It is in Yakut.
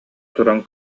туран